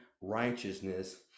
righteousness